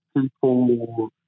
people